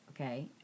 Okay